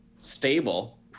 stable